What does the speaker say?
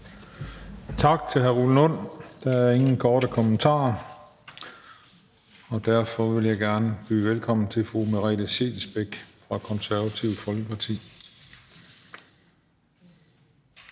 Tak til hr. Rune Lund. Der er ingen korte bemærkninger, og derfor vil jeg gerne byde velkommen til fru Merete Scheelsbeck fra Det Konservative Folkeparti